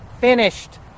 finished